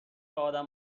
ادم